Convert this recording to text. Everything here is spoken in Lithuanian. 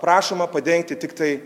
prašoma padengti tiktai